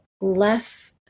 less